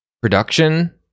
production